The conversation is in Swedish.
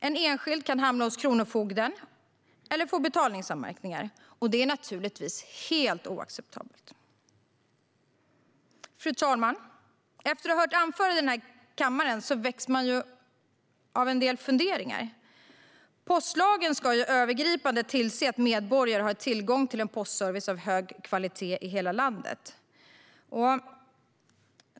En enskild individ kan hamna hos Kronofogden eller få betalningsanmärkningar. Detta är naturligtvis helt oacceptabelt. Fru talman! Efter en del anföranden här i kammaren väcks en del funderingar. Postlagen ska övergripande tillse att medborgare har tillgång till postservice av hög kvalitet i hela landet.